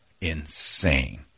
insane